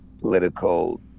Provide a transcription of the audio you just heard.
political